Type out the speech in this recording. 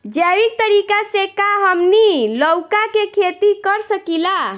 जैविक तरीका से का हमनी लउका के खेती कर सकीला?